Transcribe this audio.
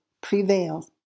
prevail